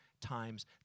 times